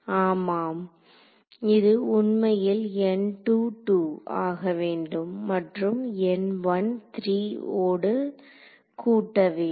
ஆமாம் இது உண்மையில் ஆகவேண்டும் மற்றும் ஓடு கூட்ட வேண்டும்